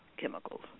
chemicals